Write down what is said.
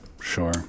Sure